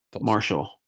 Marshall